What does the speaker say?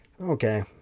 okay